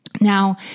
Now